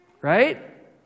Right